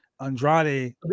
Andrade